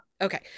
Okay